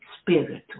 spiritual